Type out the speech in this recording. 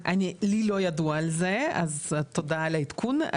לי לא ידוע על זה, אז תודה על העדכון.